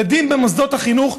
ילדים במוסדות החינוך,